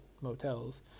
motels